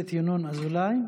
היה לידו במחלקה בחור צעיר,